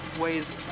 weighs